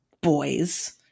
boys